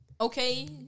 Okay